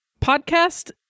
podcast